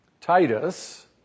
Titus